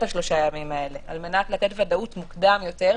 שלושת הימים האלה על מנת לתת וודאות מוקדם יותר,